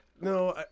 No